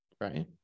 Right